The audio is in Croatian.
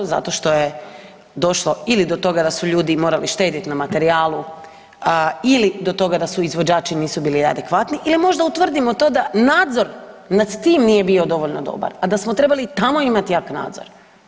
Zato što je došlo ili do toga da su ljudi morali štedit na materijalu ili do toga da izvođači nisu bili adekvatni ili možda utvrdimo to da nadzor nad tim nije bio dovoljno dobar, a da smo trebali tamo imat jak nadzor.